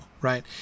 right